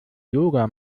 yoga